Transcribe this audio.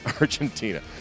Argentina